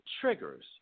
triggers